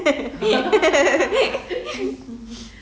you never give daddy present